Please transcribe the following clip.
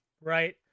right